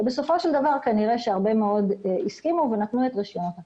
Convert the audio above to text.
בסופו של דבר כנראה שהרבה מאוד הסכימו ונתנו את רישיונות הכריתה.